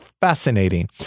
fascinating